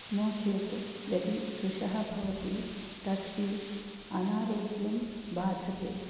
नो चेत् यदि कृशः भवति तर्हि अनारोग्यं बाधते